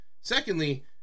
Secondly